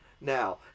now